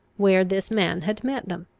where this man had met them.